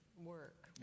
work